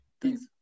thanks